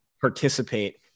Participate